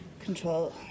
control